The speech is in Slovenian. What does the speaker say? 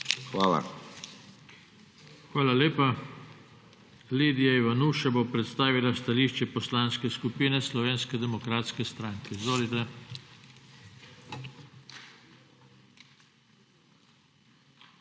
TANKO: Hvala lepa. Lidija Ivanuša bo predstavila stališče Poslanske skupine Slovenske demokratske stranke. Izvolite.